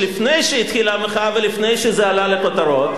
לפני שהתחילה המחאה ולפני שזה עלה לכותרות?